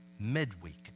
midweek